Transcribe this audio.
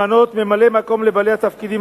למנות ממלאי-מקום לבעלי התפקידים